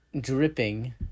dripping